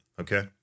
okay